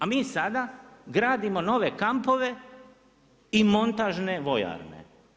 A mi sada gradimo nove kampove i montažne vojarne.